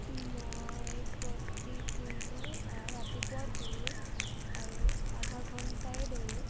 মই প্ৰতিদিনে ৰাতিপুৱা দৌৰোঁ আৰু আধা ঘণ্টাই দৌৰোঁ